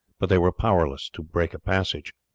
but they were powerless to break a passage.